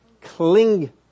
cling